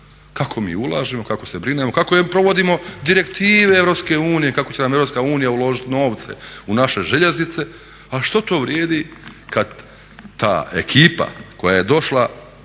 kako mi ulažemo, kako se brinemo, kako provodimo direktive Europske unije, kako će nam Europska unija uložit novce u naše željeznice, a što to vrijedi kad ta ekipa koja je došla